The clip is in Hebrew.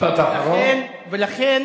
ולכן